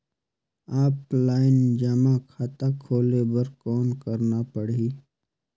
Offline जमा खाता खोले बर कौन करना पड़ही?